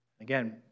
Again